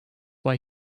why